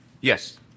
Yes